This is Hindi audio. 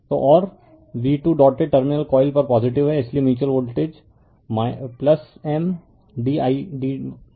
तो और v2 डॉटेड टर्मिनल कॉइल पर पॉजिटिव है इसलिए mutual voltage M d Idi1dt है